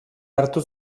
hartu